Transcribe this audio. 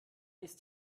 ist